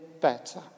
better